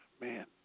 man